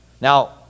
Now